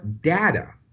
data